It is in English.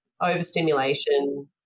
overstimulation